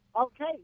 Okay